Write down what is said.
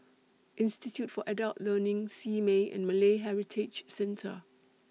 Institute For Adult Learning Simei and Malay Heritage Centre